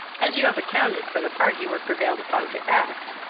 as you have accounted for the part you were prevailed upon to act,